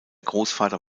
großvater